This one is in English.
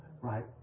right